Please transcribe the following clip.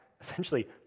essentially